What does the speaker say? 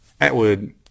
Atwood